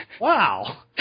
wow